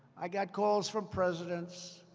i got calls from presidents.